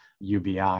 UBI